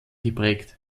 geprägt